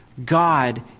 God